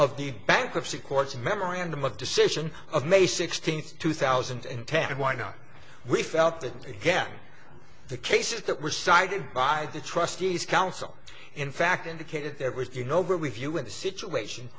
of the bankruptcy courts memorandum of decision of may sixteenth two thousand and ten why not we felt that again the cases that were cited by the trustees counsel in fact indicated there was you know what we view with a situation